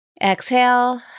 exhale